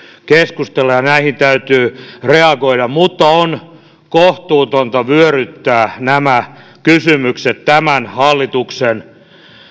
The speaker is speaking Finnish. keskustella näihin täytyy reagoida mutta on kohtuutonta vyöryttää nämä kysymykset tämän hallituksen